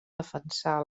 defensar